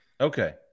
Okay